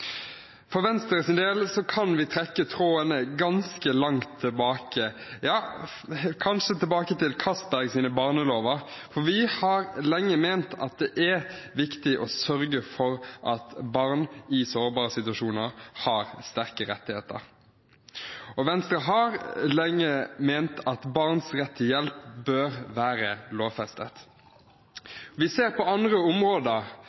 kan vi trekke trådene ganske langt tilbake – ja, kanskje tilbake til de Castbergske barnelover. Vi har lenge ment at det er viktig å sørge for at barn i sårbare situasjoner har sterke rettigheter. Venstre har lenge ment at barns rett til hjelp bør være lovfestet. Vi ser at man på andre områder